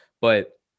but-